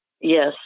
Yes